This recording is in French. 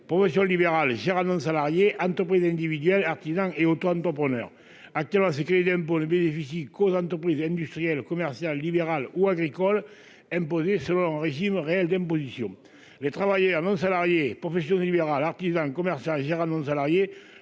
professions libérales et gérants non salariés, entreprises individuelles, artisans et autoentrepreneurs a-t-elle ainsi que un pôle bénéficie qu'aux entreprises industrielles, commerciales, libérale ou agricoles imposées selon un régime réel d'imposition les travailleurs non salariés et professions libérales, artisans, commerçants, gérants non salariés